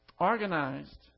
organized